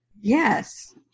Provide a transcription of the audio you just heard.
Yes